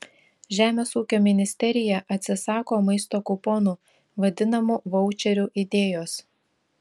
žemės ūkio ministerija atsisako maisto kuponų vadinamų vaučerių idėjos